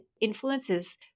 influences